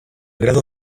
grado